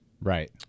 right